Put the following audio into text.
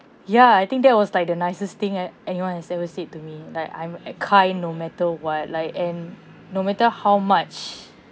ya I think that was like the nicest thing a~ anyone has ever said to me like I'm a~ kind no matter what like and no matter how much